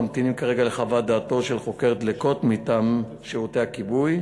ממתינים כרגע לחוות דעתו של חוקר דלקות מטעם שירותי הכיבוי.